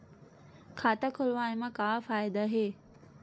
खाता खोलवाए मा का फायदा हे